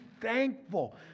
thankful